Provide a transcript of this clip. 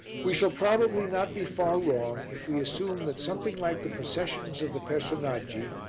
we shall probably not be far wrong if we assume that something like the processions of the personaggi,